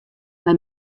mei